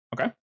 Okay